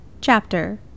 Chapter